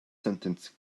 sentence